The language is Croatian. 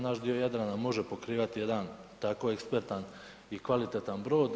Naš dio Jadrana može pokrivati jedan tako ekspertan i kvalitetan brod.